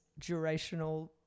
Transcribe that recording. durational